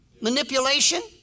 Manipulation